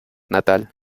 natal